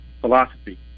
philosophy